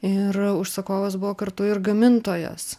ir užsakovas buvo kartu ir gamintojas